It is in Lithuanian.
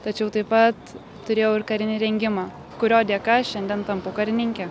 tačiau taip pat turėjau ir karinį rengimą kurio dėka šiandien tampu karininke